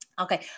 Okay